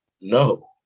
no